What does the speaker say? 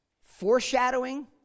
foreshadowing